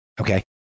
Okay